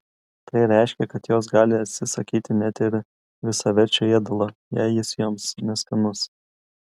tai reiškia kad jos gali atsisakyti net ir visaverčio ėdalo jei jis joms neskanus